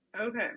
Okay